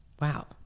Wow